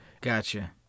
Gotcha